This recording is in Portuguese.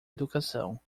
educação